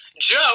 Joe